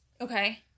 Okay